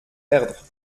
erdre